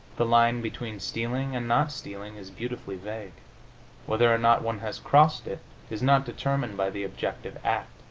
the line between stealing and not stealing is beautifully vague whether or not one has crossed it is not determined by the objective act,